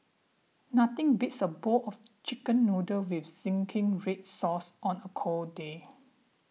nothing beats a bowl of chicken noodle with Zingy Red Sauce on a cold day